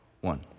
one